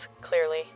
clearly